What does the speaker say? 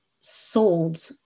sold